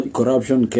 corruption